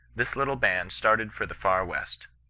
this little band started for the far west.